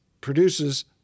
produces